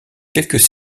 quelques